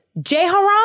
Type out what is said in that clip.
Jehoram